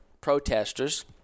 protesters